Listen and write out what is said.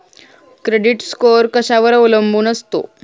Credit score कशावर अवलंबून असतो?